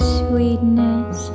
sweetness